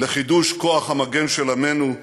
לחידוש כוח המגן של עמנו,